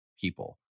people